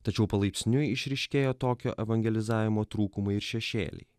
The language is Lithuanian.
tačiau palaipsniui išryškėjo tokio evangelizavimo trūkumai ir šešėliai